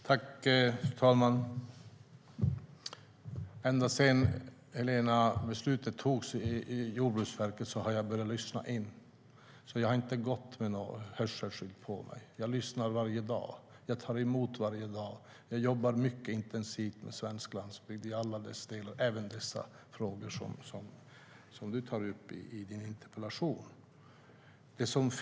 Fru talman! Ända sedan beslutet togs i Jordbruksverket har jag lyssnat in, Helena. Jag har inte gått med några hörselskydd på mig. Jag lyssnar varje dag. Jag tar emot varje dag. Jag jobbar mycket intensivt med svensk landsbygd i alla dess delar, även i de frågor du tar upp i din interpellation.